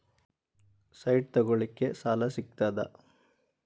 Site ತಗೋಳಿಕ್ಕೆ ಸಾಲಾ ಸಿಗ್ತದಾ?